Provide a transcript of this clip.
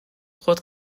خود